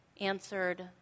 answered